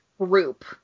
group